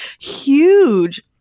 huge